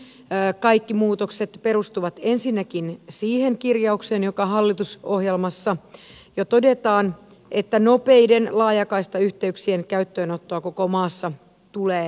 siltä osin kaikki muutokset perustuvat ensinnäkin siihen kirjaukseen joka hallitusohjelmassa jo todetaan että nopeiden laajakaistayhteyksien käyttöönottoa koko maassa tulee edistää